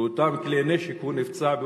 באותם כלי נשק הוא נפצע,